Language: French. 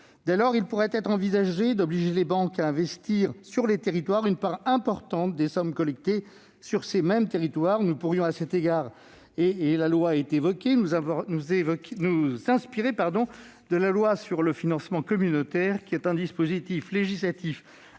Dès lors, il pourrait être envisagé d'obliger les banques à investir sur les territoires une part importante des sommes collectées sur ces mêmes territoires. Nous pourrions à cet égard nous inspirer de la loi sur le financement communautaire, qui est un dispositif législatif américain